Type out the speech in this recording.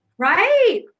right